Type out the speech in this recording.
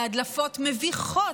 בהדלפות מביכות,